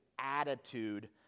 attitude